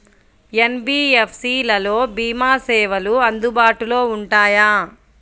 NBFC లలో భీమా సేవలు అందుబాటులో ఉంటాయా?